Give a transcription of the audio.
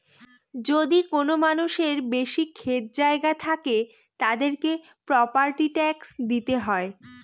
যদি কোনো মানুষের বেশি ক্ষেত জায়গা থাকলে, তাদেরকে প্রপার্টি ট্যাক্স দিতে হয়